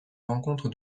rencontre